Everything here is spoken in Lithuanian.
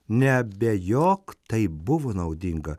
neabejok tai buvo naudinga